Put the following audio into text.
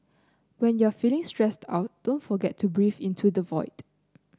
when you are feeling stressed out don't forget to breathe into the void